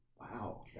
Wow